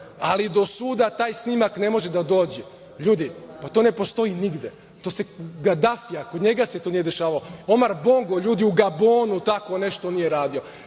ali do suda taj snimak ne može da dođe. Ljudi, pa to ne postoji nigde. Kod Gadafija se to nije dešavalo. Omar Bongo u Gabonu tako nešto nije radio.